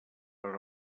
per